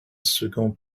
second